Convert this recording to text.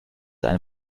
ein